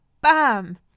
bam